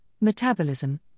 Metabolism